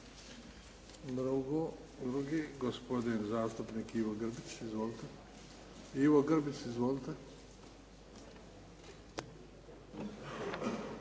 Drugi, gospodin zastupnik Ivo Grbić. Izvolite. **Grbić, Ivo